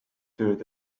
tööd